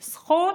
זכות,